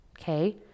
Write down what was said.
okay